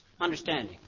Understanding